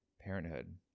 parenthood